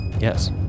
Yes